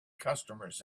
customers